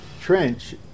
Trench